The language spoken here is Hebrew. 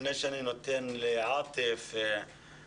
לפני שאני נותן את רשות הדיבור לעאטף מועדי,